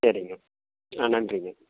சரிங்க ஆ நன்றிங்க